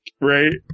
right